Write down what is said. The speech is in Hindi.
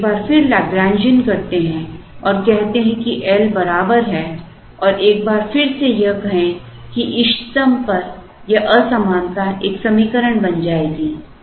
इसलिए हम एक बार फिर lagrangian करते हैं और कहते हैं कि L बराबर है और एक बार फिर से यह कहें कि इष्टतम पर यह असमानता एक समीकरण बन जाएगी